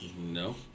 No